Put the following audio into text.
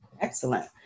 Excellent